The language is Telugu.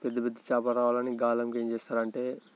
పెద్ద పెద్ద చేపలు రావాలని గాలంకి ఏం చేస్తారు అంటే